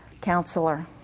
counselor